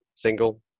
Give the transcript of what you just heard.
single